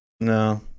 no